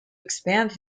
expand